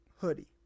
hoodie